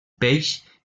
peix